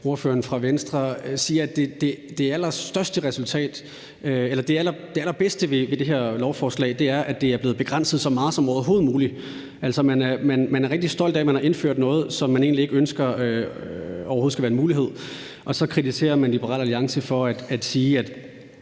ordføreren fra Venstre siger, at det allerbedste ved det her lovforslag er, at det er blevet begrænset så meget som overhovedet muligt. Man er rigtig stolt af, at man har indført noget, som man egentlig ikke ønsker overhovedet skal være en mulighed, og så kritiserer man Liberal Alliance for at sige, at